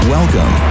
Welcome